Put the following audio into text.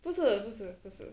不是不是不是